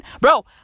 Bro